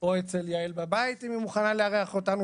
או אצל יעל בבית אם היא מוכנה לארח אותנו,